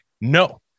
no